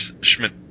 Schmidt